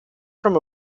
from